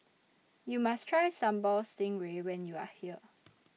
YOU must Try Sambal Stingray when YOU Are here